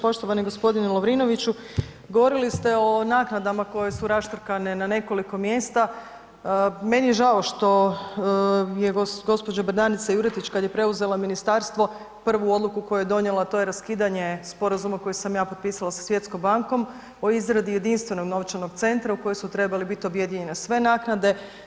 Poštovani gospodine Lovrinoviću, govorili ste o naknadama koje su raštrkane na nekoliko mjesta, meni je žao što je gospođa Bernardica Juretić kad je preuzela ministarstvo, prvu odluku koju je donijela to je raskidanje sporazuma koji sam ja potpisala sa Svjetskom bankom o izradi jedinstvenog novčanog centara u kojem su trebale objedinjene sve naknade.